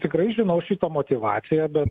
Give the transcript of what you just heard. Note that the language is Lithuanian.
tikrai žinau šito motyvaciją bet